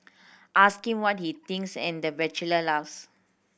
ask him what he thinks and the bachelor laughs